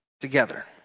together